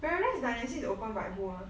paradise dynasty is open by who ah